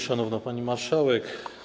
Szanowna Pani Marszałek!